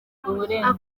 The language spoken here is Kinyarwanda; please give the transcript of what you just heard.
akongera